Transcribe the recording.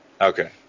Okay